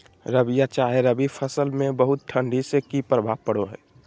रबिया चाहे रवि फसल में बहुत ठंडी से की प्रभाव पड़ो है?